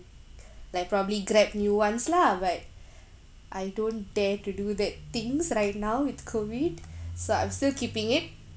like probably grab new ones lah but I don't dare to do that things right now with COVID so I'm still keeping it